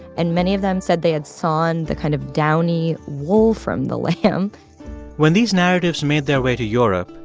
and many of them said they had sawn the kind of downy wool from the lamb when these narratives made their way to europe,